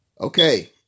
Okay